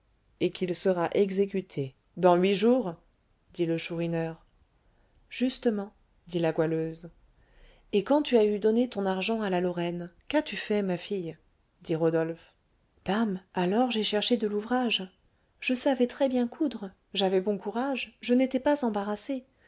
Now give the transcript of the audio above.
et qu'il sera dit-on fauché dans huit jours dit le chourineur justement dit la goualeuse et quand tu as eu donné ton argent à la lorraine qu'as-tu fait ma fille dit rodolphe dame alors j'ai cherché de l'ouvrage je savais très-bien coudre j'avais bon courage je n'étais pas embarrassée